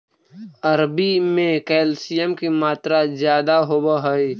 अरबी में कैल्शियम की मात्रा ज्यादा होवअ हई